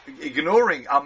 ignoring